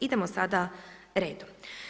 Idemo sada redom.